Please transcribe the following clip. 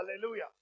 Hallelujah